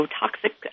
toxic